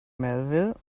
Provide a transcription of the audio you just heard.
melville